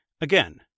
Again